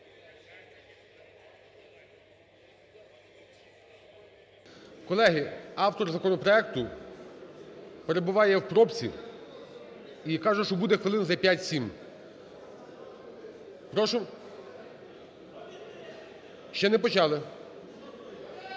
Колеги, автор законопроекту перебуває "в пробці" і каже, що буде хвилин за 5-7. (Шум у залі) Прошу. Ще не почали.